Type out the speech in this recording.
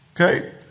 Okay